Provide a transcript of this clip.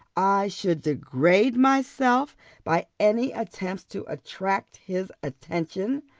i should degrade myself by any attempts to attract his attention.